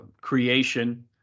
creation